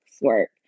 work